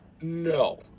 No